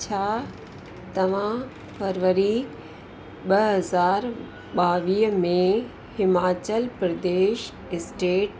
छा तव्हां फरवरी ॿ हज़ार ॿावीह में हिमाचल प्रदेश स्टेट